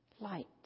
light